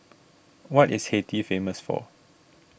what is Haiti famous for